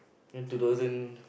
in two thousand